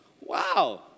Wow